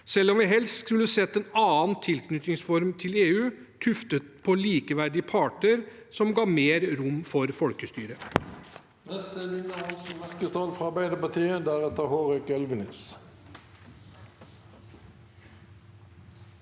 selv om vi helst skulle sett en annen tilknytningsform til EU, tuftet på likeverdige parter, som ga mer rom for folkestyret.